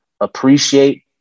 appreciate